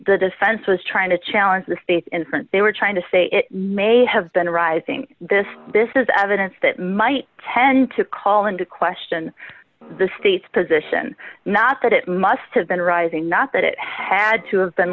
the defense was trying to challenge the state's inference they were trying to say it may have been arising this this is evidence that might tend to call into question the state's position not that it must have been rising not that it had to have been